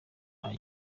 agira